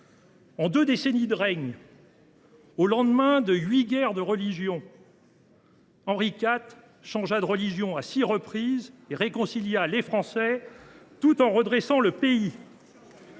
En deux décennies de règne, après huit guerres de religion, Henri IV changea de religion à six reprises et réconcilia entre eux les Français, tout en redressant le pays.